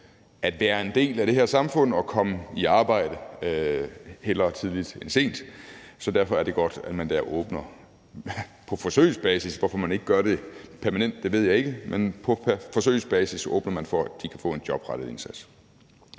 at være en del af det her samfund og komme i arbejde hellere tidligt end sent. Derfor er det godt, at man der åbner for – på forsøgsbasis, og hvorfor man ikke gør det permanent, ved jeg ikke – at de kan få en jobrettet indsats.